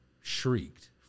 shrieked